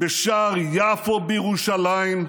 בשער יפו בירושלים,